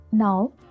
Now